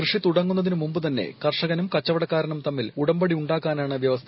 കൃഷി തുടങ്ങുന്നതിന് മുമ്പുതന്നെ കർഷകനും കച്ചവടക്കാരനും തമ്മിൽ ഉടമ്പടി ഉണ്ടാക്കാനാണ് വ്യവസ്ഥ